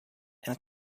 and